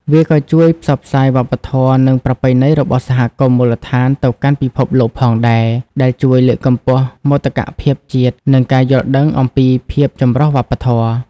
វាក៏ជួយផ្សព្វផ្សាយវប្បធម៌ និងប្រពៃណីរបស់សហគមន៍មូលដ្ឋានទៅកាន់ពិភពលោកផងដែរ ដែលជួយលើកកម្ពស់មោទកភាពជាតិ និងការយល់ដឹងអំពីភាពចម្រុះវប្បធម៌។